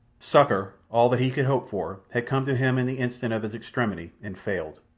succour, all that he could hope for, had come to him in the instant of his extremity and failed.